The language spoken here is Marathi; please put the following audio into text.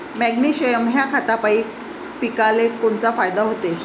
मॅग्नेशयम ह्या खतापायी पिकाले कोनचा फायदा होते?